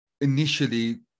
initially